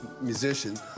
musician